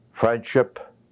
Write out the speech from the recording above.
Friendship